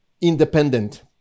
independent